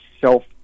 self